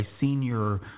senior